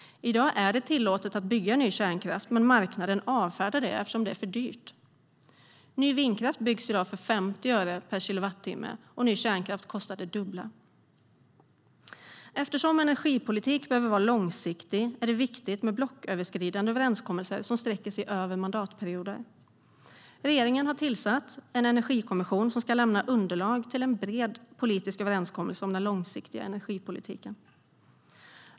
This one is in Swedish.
I dag är det tillåtet att bygga ny kärnkraft, men marknaden avfärdar det som för dyrt. Ny vindkraft byggs i dag för 50 öre per kilowattimme, och ny kärnkraft kostar det dubbla. Eftersom energipolitik behöver vara långsiktig är det viktigt med blocköverskridande överenskommelser som sträcker sig över mandatperioder. Regeringen har tillsatt en energikommission som ska lämna underlag till en bred politisk överenskommelse om den långsiktiga energipolitiken.